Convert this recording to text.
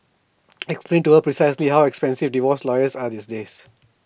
explain to her precisely how expensive divorce lawyers are these days